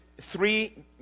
three